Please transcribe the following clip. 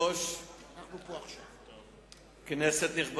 בניסן התשס"ט (1 באפריל 2009): בתאריך 5 במרס